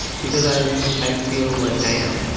because i i feel like i am.